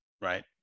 Right